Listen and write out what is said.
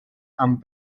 amb